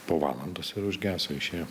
po valandos ir užgeso išėjo